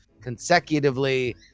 consecutively